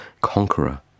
conqueror